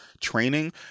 training